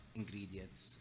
ingredients